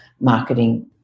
marketing